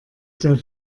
der